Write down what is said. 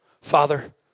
Father